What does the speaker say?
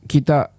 Kita